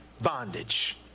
bondage